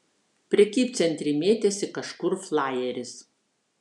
prekybcentry mėtėsi kažkur flajeris